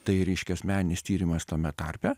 tai reiškias meninis tyrimas tame tarpe